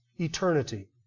eternity